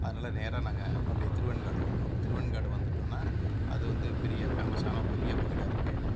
அதனால் நேராக நாங்கள் அப்படியே திருவெண்காடு வந்தோம் திருவெண்காடு வந்துவிட்டோன்னா அது வந்து பெரிய ஃபேமஸான பெரிய கோவிலா இருக்குது